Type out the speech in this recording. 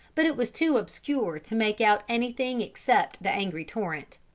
but it was too obscure to make out anything except the angry torrent.